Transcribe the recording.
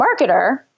marketer